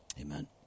Amen